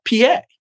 PA